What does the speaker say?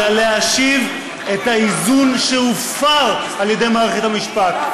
אלא להשיב את האיזון שהופר על ידי מערכת המשפט.